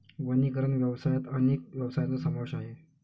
वनीकरण व्यवसायात अनेक व्यवसायांचा समावेश आहे